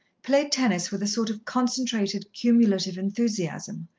played tennis with a sort of concentrated, cumulative enthusiasm,